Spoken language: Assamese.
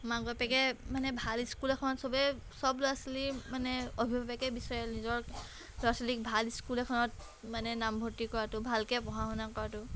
মাক বাপেকে মানে ভাল স্কুল এখনত চবেই চব ল'ৰা ছোৱালীৰ মানে অভিভাৱকে বিচাৰে নিজৰ ল'ৰা ছোৱালীক ভাল স্কুল এখনত মানে নাম ভৰ্তি কৰাতো ভালকৈ পঢ়া শুনা কৰাতো